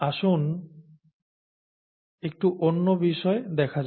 আসুন একটু অন্য বিষয় দেখা যাক